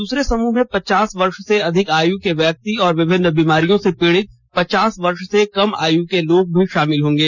दूसरे समूह में पचास वर्ष से अधिक आयु के व्यक्ति और विभिन्नि बीमारियों से पीड़ित पचास वर्ष से कम आयु के लोग शामिल होंगे